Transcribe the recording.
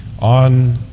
on